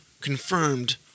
confirmed